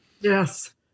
yes